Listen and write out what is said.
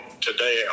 today